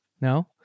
No